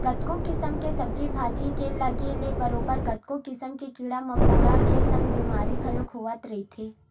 कतको किसम के सब्जी भाजी के लगे ले बरोबर कतको किसम के कीरा मकोरा के संग बेमारी घलो होवत रहिथे